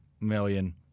million